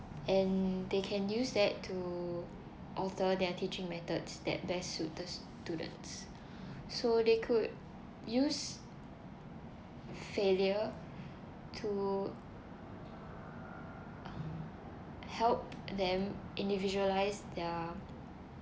and they can use that to alter their teaching methods that best suit the students so they could use failure to help them individualise their